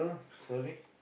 sorry